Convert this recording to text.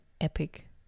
epic